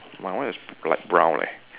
my one is like brown leh